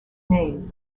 name